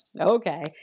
okay